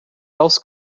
else